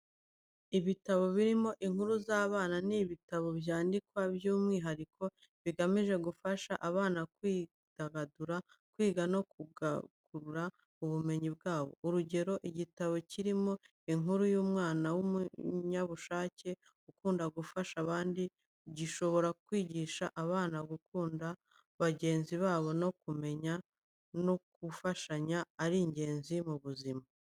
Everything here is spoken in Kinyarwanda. Ibitabo birimo inkuru z'abana ni ibitabo byandikwa by'umwihariko, bigamije gufasha abana kwidagadura, kwiga no kwagura ubumenyi bwabo. Urugero, igitabo kirimo inkuru y'umwana w'umunyabushake ukunda gufasha abandi, gishobora kwigisha abana gukunda bagenzi babo no kumenya ko gufashanya ari ingenzi mu buzima.